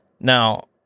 Now